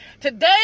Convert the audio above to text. Today